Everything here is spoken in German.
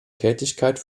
tätigkeit